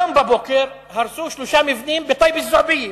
היום בבוקר הרסו שלושה מבנים בטייבה-זועבייה,